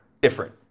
different